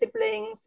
siblings